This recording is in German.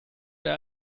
der